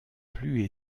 plus